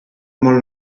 molt